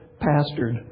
pastored